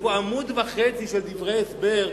יש פה עמוד וחצי של דברי הסבר,